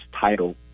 title